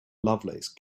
lovelace